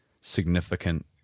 significant